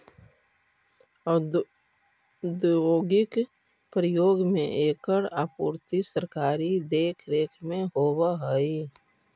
औद्योगिक प्रयोग में एकर आपूर्ति सरकारी देखरेख में होवऽ हइ